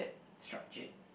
structure